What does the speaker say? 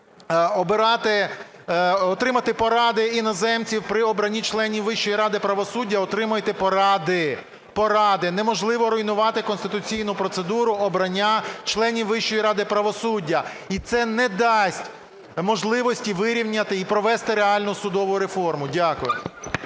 отримати поради іноземців при обранні членів Вищої ради правосуддя - отримайте поради, поради. Неможливо руйнувати конституційну процедуру обрання членів Вищої ради правосуддя, і це не дасть можливості вирівняти і провести реальну судову реформу. Дякую.